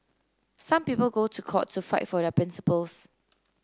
some people go to court to fight for their principles